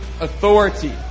authority